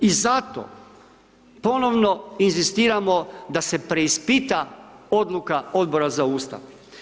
I zato ponovno inzistiramo da se preispita odluka Odbora za Ustav.